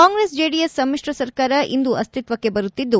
Congress JDS ಸಮಿತ್ರ ಸರ್ಕಾರ ಇಂದು ಅಸ್ತಿತ್ವಕ್ಷೆ ಬರುತ್ತಿದ್ದು